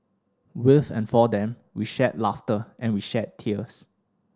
with and for them we shared laughter and we shed tears